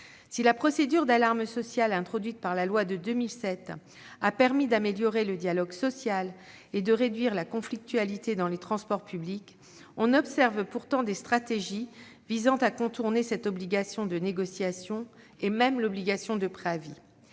Si la procédure d'alarme sociale introduite par la loi de 2007 a permis d'améliorer le dialogue social et de réduire la conflictualité dans les transports publics, on observe pourtant des stratégies visant à contourner cette obligation de négociation et même l'obligation de préavis.